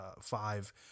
five